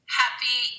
happy